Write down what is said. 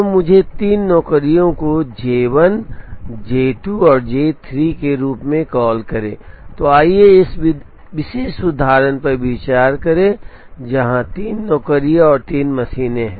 तो मुझे तीन नौकरियों को जे 1 जे 2 और जे 3 के रूप में कॉल करें तो आइए इस विशेष उदाहरण पर विचार करें जहां तीन नौकरियां और तीन मशीनें हैं